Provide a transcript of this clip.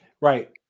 Right